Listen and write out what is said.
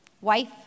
wife